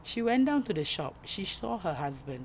she went down to the shop she saw her husband